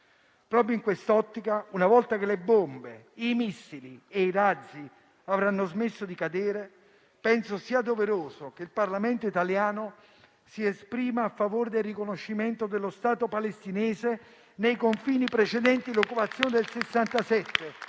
Proprio in quest'ottica, una volta che le bombe, i missili e i razzi avranno smesso di cadere, penso sia doveroso che il Parlamento italiano si esprima a favore del riconoscimento dello Stato palestinese, nei confini precedenti l'occupazione del 1967,